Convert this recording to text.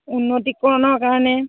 উন্নতিকৰণৰ কাৰণে